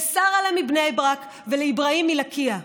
לשרה'לה מבני ברק ולאיברהים מלקיה.